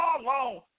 long